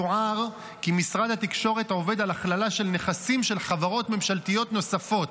יוער כי משרד התקשורת עובד על הכללה של נכסים של חברות ממשלתיות נוספות,